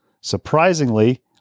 Surprisingly